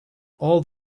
all